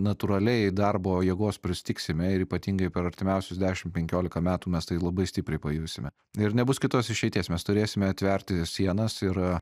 natūraliai darbo jėgos pristigsime ir ypatingai per artimiausius dešim penkiolika metų mes tai labai stipriai pajusime ir nebus kitos išeities mes turėsime atverti sienas ir